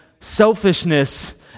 selfishness